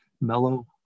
mellow